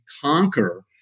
conquer